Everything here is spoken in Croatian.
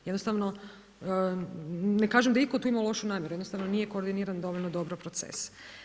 Jednostavno ne kažem da itko tu ima lošu namjeru, jednostavno nije koordiniran dovoljno dobro proces.